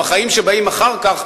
בחיים שבאים אחר כך,